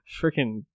Freaking